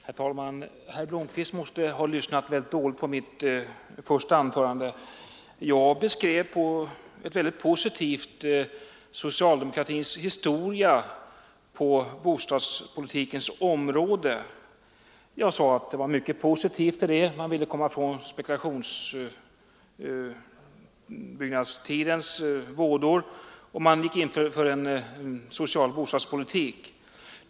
Herr talman! Herr Blomkvist måste ha lyssnat dåligt på mitt första anförande. Jag beskrev väldigt positivt socialdemokratins historia på bostadspolitikens område. Man ville komma ifrån spekulationsbyggande tidens vådor och man gick in för en social bostadspolitik.